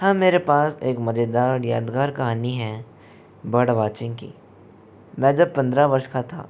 हाँ मेरे पास एक मज़ेदार और यादगार कहानी है बर्ड वाचिंग की मैं जब पंद्रह वर्ष का था